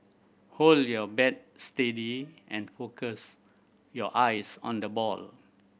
hold your bat steady and focus your eyes on the ball